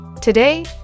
Today